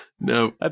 No